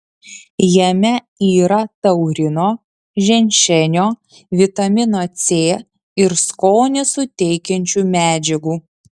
jame yra taurino ženšenio vitamino c ir skonį suteikiančių medžiagų